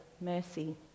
mercy